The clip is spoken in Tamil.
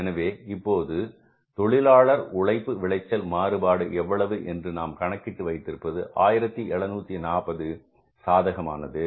எனவே இப்போது தொழிலாளர் உழைப்பு விளைச்சல் மாறுபாடு எவ்வளவு என்று நாம் கணக்கிட்டு வைத்திருப்பது 1740 சாதகமானது